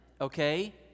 okay